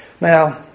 Now